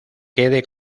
quede